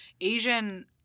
Asian